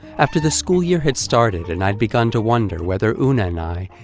after the school year had started and i had begun to wonder whether oona and i,